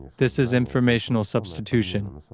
this is informational substitution,